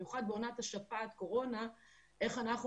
- כולם.